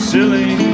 Silly